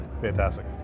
Fantastic